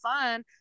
fun